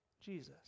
Jesus